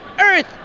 earth